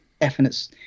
definite